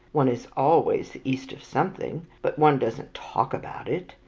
one is always the east of something, but one doesn't talk about it.